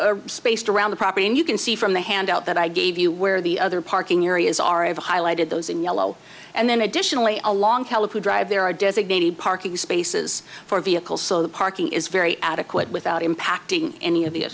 the space around the property and you can see from the handout that i gave you where the other parking areas are i've highlighted those in yellow and then additionally a long drive there are designated parking spaces for vehicles so the parking is very adequate without impacting any of the